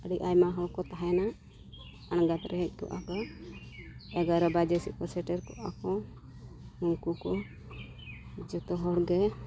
ᱟᱹᱰᱤ ᱟᱭᱢᱟ ᱦᱚᱲᱠᱚ ᱛᱟᱦᱮᱱᱟ ᱟᱬᱜᱟᱛ ᱨᱮ ᱦᱮᱡ ᱠᱚᱜᱼᱟ ᱠᱚ ᱮᱜᱟᱨᱳ ᱵᱟᱡᱮ ᱥᱮᱫ ᱠᱚ ᱥᱮᱴᱮᱨ ᱠᱚᱜᱼᱟ ᱠᱚ ᱩᱱᱠᱩ ᱠᱚ ᱡᱚᱛᱚ ᱦᱚᱲ ᱜᱮ